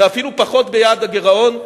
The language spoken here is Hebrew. ואפילו פחות ביעד הגירעון.